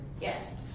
Yes